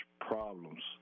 problems